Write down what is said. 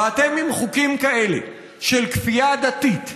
ואתם, עם חוקים כאלה של כפייה דתית,